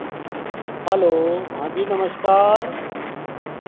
hello हाँ जी नमस्कार